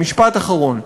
משפט אחרון.